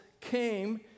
came